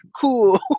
cool